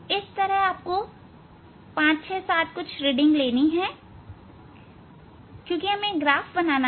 इस तरह आपको 5 6 7 रीडिंग लेने हैं क्योंकि हमें ग्राफ बनाना है